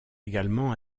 également